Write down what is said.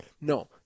No